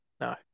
No